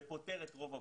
זה פותר את רוב הבעיות.